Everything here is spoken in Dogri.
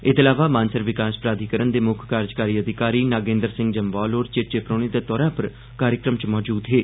एह्दे अलावा मानसर विकास प्राधिकरण दे मुक्ख कार्यकारी अधिकारी नागेन्द्र सिंह जम्वाल होर चेचे परौहने दे तौरा पर कार्यक्रम च मौजूद हे